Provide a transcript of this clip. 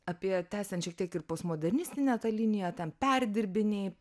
apie tęsiant šiek tiek ir postmodernistinę tą liniją ten perdirbiniai